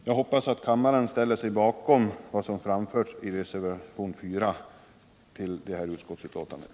Jag hoppas att kammaren ställer sig bakom vad som framförts i reservationen 4 till utskottsbetänkandet.